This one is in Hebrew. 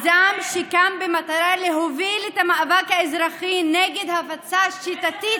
הוא מיזם שקם במטרה להוביל את המאבק האזרחי נגד הפצה שיטתית,